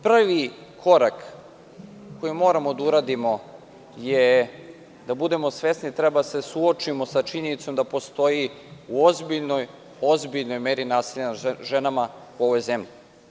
Prvi korak koji moramo da uradimo jeste da budemo svesni da treba da se suočimo sa činjenicom da postoji u ozbiljnoj meri nasilje nad ženama u ovoj zemlji.